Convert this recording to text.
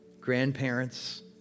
grandparents